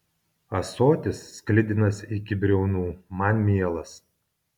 ąsotis sklidinas iki briaunų man mielas